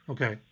Okay